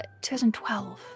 2012